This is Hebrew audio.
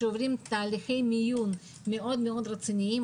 שעוברים תהליכי מיון מאוד רציניים.